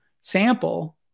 sample